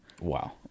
Wow